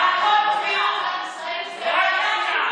הם רצו